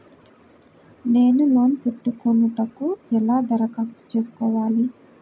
నేను లోన్ పెట్టుకొనుటకు ఎలా దరఖాస్తు చేసుకోవాలి?